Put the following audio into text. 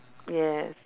yes